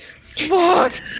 fuck